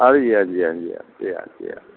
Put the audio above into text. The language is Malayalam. അത് ചെയ്യാം ചെയ്യാം ചെയ്യാം ചെയ്യാം ചെയ്യാം